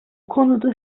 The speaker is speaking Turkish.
konuda